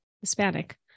Hispanic